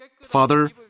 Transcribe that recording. Father